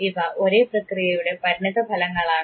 ഇവ ഒരേ പ്രക്രിയയുടെ പരിണിത ഫലങ്ങളാണ്